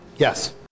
Yes